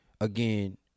again